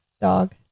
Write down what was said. dog